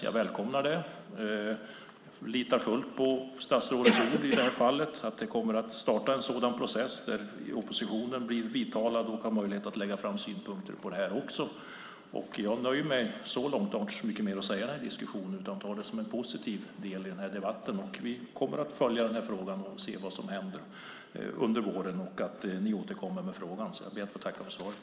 Jag välkomnar det och litar fullt på statsrådets ord i det fallet, alltså att en sådan process kommer att starta och att oppositionen blir vidtalad och har möjlighet att lägga fram sina synpunkter. Jag nöjer mig med det så långt. Jag har inte mycket mer att säga i den här diskussionen utan tar det som en positiv del av debatten. Vi kommer att följa frågan och se vad som händer under våren då regeringen återkommer i frågan. Jag ber att få tacka för svaret.